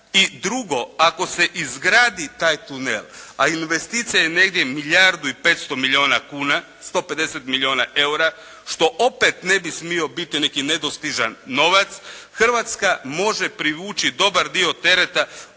drugo, ako se izgradi taj tunel, a investicija je negdje milijardu i 500 milijuna kuna, 150 milijuna eura što opet ne bi smio biti neki nedostižan novac Hrvatska može privući dobar dio tereta